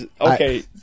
Okay